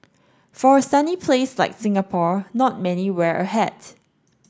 for a sunny place like Singapore not many wear a hat